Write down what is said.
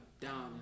down